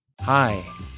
Hi